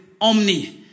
omni-